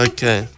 Okay